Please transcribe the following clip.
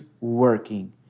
working